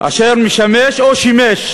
אשר משמש או שימש,